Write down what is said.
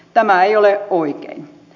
tämä ei ole oikein